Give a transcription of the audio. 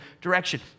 direction